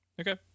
Okay